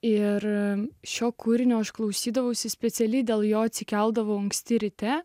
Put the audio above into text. ir šio kūrinio aš klausydavausi specialiai dėl jo atsikeldavo anksti ryte